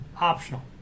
Optional